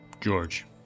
George